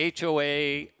HOA